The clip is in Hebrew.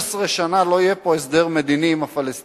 16 שנה לא יהיה פה הסדר מדיני עם הפלסטינים,